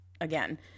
again